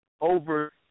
over